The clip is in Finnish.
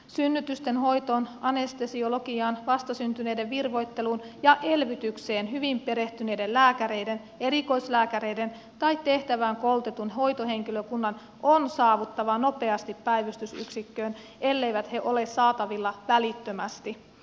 synnytysten hoitoon anestesiologiaan vastasyntyneiden virvoitteluun ja elvytykseen hyvin perehtyneiden lääkäreiden erikoislääkäreiden tai tehtävään koulutetun hoitohenkilökunnan on saavuttava nopeasti päivystysyksikköön elleivät he ole saatavilla välittömästi